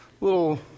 little